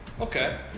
okay